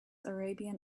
arabian